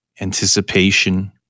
anticipation